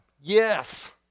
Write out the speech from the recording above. Yes